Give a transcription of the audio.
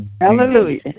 Hallelujah